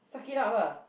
suck it up lah